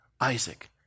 Isaac